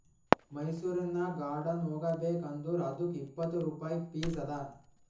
ಮೈಸೂರನಾಗ್ ಗಾರ್ಡನ್ ಹೋಗಬೇಕ್ ಅಂದುರ್ ಅದ್ದುಕ್ ಇಪ್ಪತ್ ರುಪಾಯಿ ಫೀಸ್ ಅದಾ